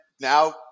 now